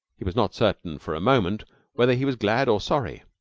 he was not certain for a moment whether he was glad or sorry.